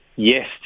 Yes